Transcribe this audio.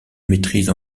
maîtrise